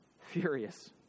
furious